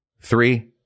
Three